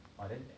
but then ah